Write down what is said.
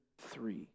three